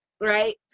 right